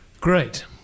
Great